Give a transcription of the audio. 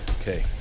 Okay